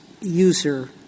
user